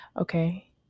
Okay